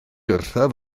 wrthyf